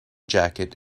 jacket